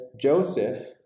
Joseph